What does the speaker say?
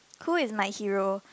who is my hero